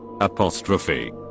Apostrophe